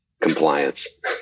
compliance